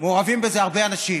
מעורבים בזה הרבה אנשים.